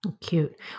Cute